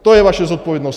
To je vaše zodpovědnost.